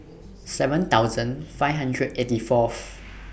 seven thousand five hundred eighty Fourth